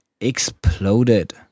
exploded